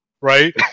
right